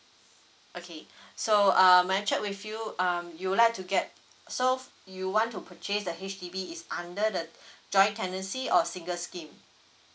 okay so um may I check with you um you would like to get so f~ you want to purchase the H_D_B it's under the joint tenancy or single scheme